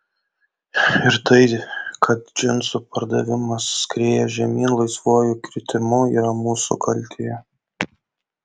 ir tai kad džinsų pardavimas skrieja žemyn laisvuoju kritimu yra mūsų kaltė